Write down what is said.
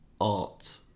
art